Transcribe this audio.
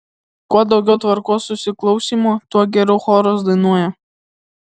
kuo daugiau tvarkos susiklausymo tuo geriau choras dainuoja